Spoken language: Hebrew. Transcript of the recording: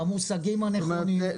במושגים הנכונים.